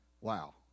Wow